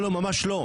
לא, ממש לא.